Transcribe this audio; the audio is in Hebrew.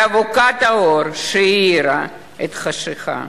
אבוקת האור שהאירה את החשכה.